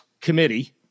committee